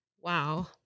Wow